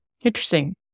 Interesting